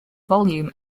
volume